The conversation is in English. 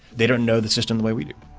they don't know the system the way we do.